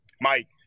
Mike